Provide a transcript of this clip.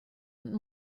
und